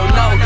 no